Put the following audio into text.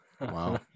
Wow